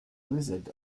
lizard